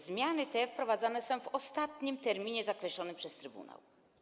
Zmiany te wprowadzane są w ostatnim terminie zakreślonym przez trybunał.